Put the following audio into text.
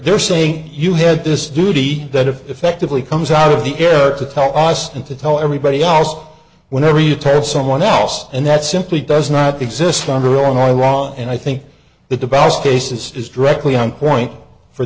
they're saying you had this duty that effectively comes out of the air to talk ice and to tell everybody else whenever you tell someone else and that simply does not exist on the illinois law and i think that the balanced case is is directly on point for